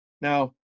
Now